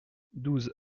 douze